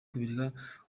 kubireka